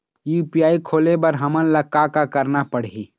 UPI खोले बर हमन ला का का करना पड़ही?